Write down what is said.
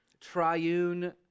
Triune